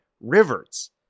rivers